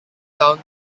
town